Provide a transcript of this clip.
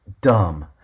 dumb